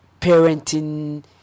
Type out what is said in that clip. parenting